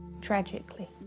tragically